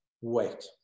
Wait